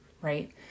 right